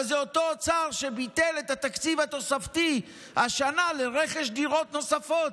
אבל זה אותו אוצר שביטל השנה את התקציב התוספתי לרכש דירות נוספות.